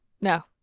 No